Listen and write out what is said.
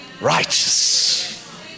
righteous